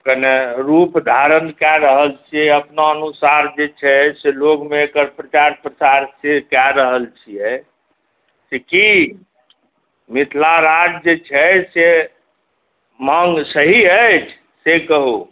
कनि रुप धारण कय रहल छै जे अपनानुसार जे छै से लोकमे एकर प्रचार प्रसार से कय रहल छियै से की मिथिला राज्य जे छै से माङ्ग सही अछि से कहु